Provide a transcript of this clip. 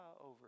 over